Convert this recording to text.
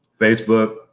Facebook